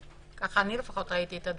כך אני לפחות ראיתי את הדברים.